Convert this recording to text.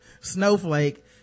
Snowflake